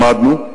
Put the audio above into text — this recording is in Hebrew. למדנו.